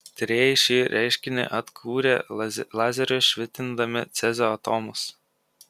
tyrėjai šį reiškinį atkūrė lazeriu švitindami cezio atomus